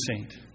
saint